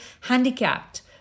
handicapped